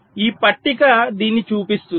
ఈ పట్టిక దీన్ని చూపిస్తుంది